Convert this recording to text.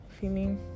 feeling